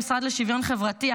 המשרד לשוויון חברתי,